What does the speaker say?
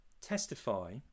testify